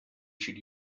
should